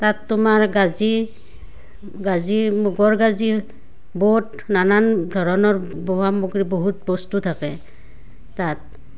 তাত তোমাৰ গাজি গাজি মুগৰ গাজি বুট নানান ধৰণৰ বৰহমথুৰি বহুত বস্তু থাকে তাত